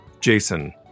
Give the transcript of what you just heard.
Jason